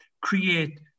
create